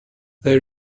they